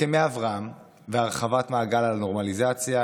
הסכמי אברהם והרחבת מעגל הנורמליזציה,